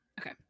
Okay